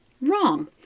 Wrong